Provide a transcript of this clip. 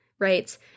Right